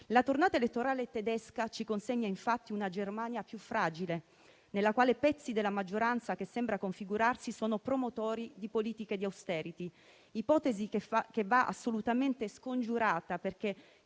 La tornata elettorale tedesca ci consegna, infatti, una Germania più fragile, nella quale pezzi della maggioranza che sembra configurarsi sono promotori di politiche di *austerity*; ipotesi che va assolutamente scongiurata, perché